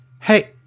hey